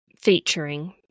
featuring